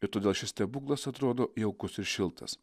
ir todėl šis stebuklas atrodo jaukus ir šiltas